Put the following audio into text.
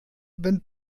wenn